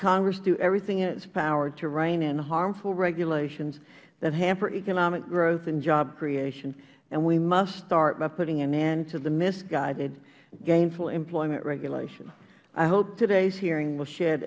congress do everything in its power to rein in harmful regulations that hamper economic growth and job creation and we must start by putting an end to the misguided gainful employment regulation i hope today's hearing will shed